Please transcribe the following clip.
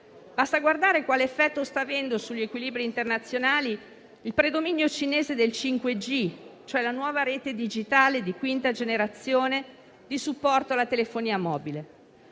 Basta guardare quale effetto sta avendo sugli equilibri internazionali il predominio cinese del 5G, cioè la nuova rete digitale di quinta generazione di supporto alla telefonia mobile.